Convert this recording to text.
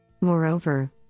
Moreover